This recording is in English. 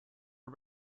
are